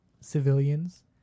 civilians